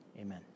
Amen